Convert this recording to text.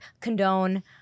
Condone